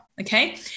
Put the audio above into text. okay